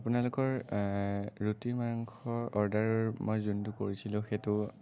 আপোনালোকৰ ৰুটি মাংসৰ অৰ্ডাৰ মই যোনটো কৰিছিলো সেইটো